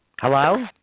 Hello